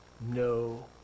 no